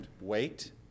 Wait